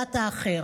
וקבלת האחר.